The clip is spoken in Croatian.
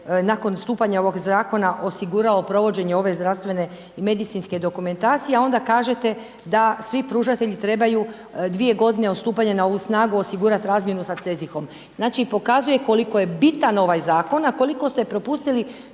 nakon stupanja ovog zakona osiguralo provođenje ove zdravstvene medicinske dokumentacije a onda kažete da svi pružatelji trebaju 2 g. od stupanja na ovu snagu osigurati razmjenu sa .../Govornik se ne razumije./... Znači pokazuje koliko je bitan ovaj zakon a koliko ste propustili